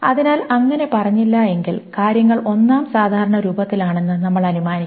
അതിനാൽ അങ്ങനെ പറഞ്ഞില്ലെങ്കിൽ കാര്യങ്ങൾ ഒന്നാം സാധാരണ രൂപത്തിലാണെന്ന് നമ്മൾ അനുമാനിക്കും